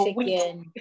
chicken